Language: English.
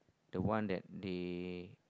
the one that they